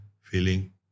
feeling